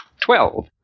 Twelve